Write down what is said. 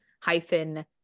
hyphen